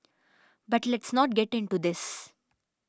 but let's not get into this